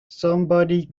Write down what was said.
somebody